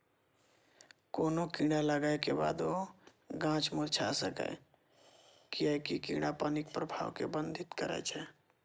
कोनो कीड़ा लागै के बादो गाछ मुरझा सकैए, कियैकि कीड़ा पानिक प्रवाह कें बाधित करै छै